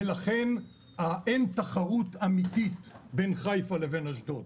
ולכן אין תחרות אמיתית בין חיפה לבין אשדוד.